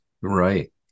Right